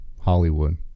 Hollywood